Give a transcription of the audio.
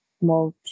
more